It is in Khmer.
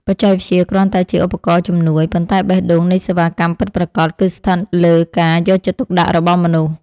បច្ចេកវិទ្យាគ្រាន់តែជាឧបករណ៍ជំនួយ ប៉ុន្តែបេះដូងនៃសេវាកម្មពិតប្រាកដ គឺស្ថិតលើការយកចិត្តទុកដាក់របស់មនុស្ស។